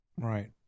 right